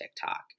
TikTok